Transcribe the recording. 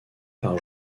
par